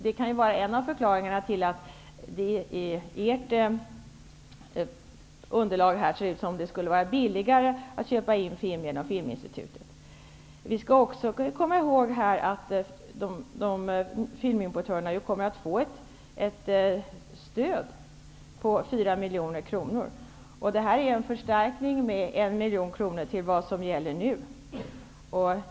Det kan vara en av förklaringarna till att det i ert underlag ser ut som om det skulle vara billigare att köpa in film genom Filminstitutet. Vi skall också komma ihåg att filmimportörerna kommer att få ett stöd om 4 miljoner kronor. Det är en förstärkning med 1 miljon kronor i förhållande till vad som gäller nu.